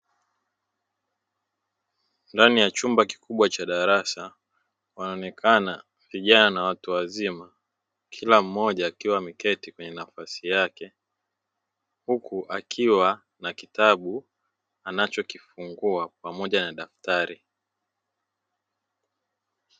Ndani ya chumba kikubwa cha darasa wanaonekana vijana na watu wazima kila mtu akiwa ameketi kwenye nafsi yake, huku akiwa na kitabu anachokifungua pamoja na daftari.